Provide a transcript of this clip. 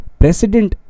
president